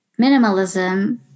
minimalism